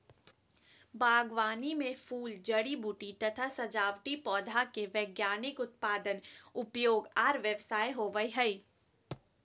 बागवानी मे फूल, जड़ी बूटी तथा सजावटी पौधा के वैज्ञानिक उत्पादन, उपयोग आर व्यवसाय होवई हई